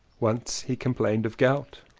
once he complained of gout.